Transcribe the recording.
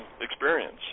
experience